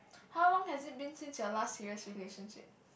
how long has it been since your last serious relationship